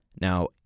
Now